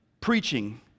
preaching